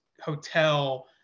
hotel